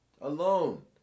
Alone